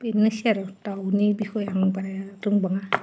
बेनोसै आरो दाउनि बिखयै आं बारा रोंबाङा